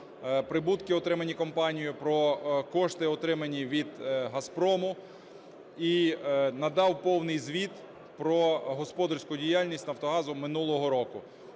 прибутки, отримані компанією, про кошти, отримані від "Газпрому", і надав повний звіт про господарську діяльність "Нафтогазу" минулого року.